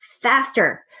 faster